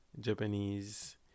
Japanese